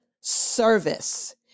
service